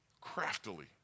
Craftily